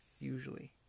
usually